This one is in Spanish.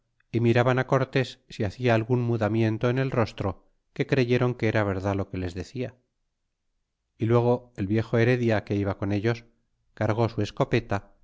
e miraban cortés si hacia algun mudamiento en el rostro que creyeron que era verdad lo que les decia y luego el viejo heredia que iba con ellos cargó su escopeta